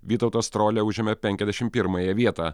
vytautas strolia užėmė penkiasdešimt pirmąją vietą